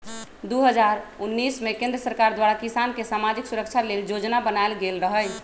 दू हज़ार उनइस में केंद्र सरकार द्वारा किसान के समाजिक सुरक्षा लेल जोजना बनाएल गेल रहई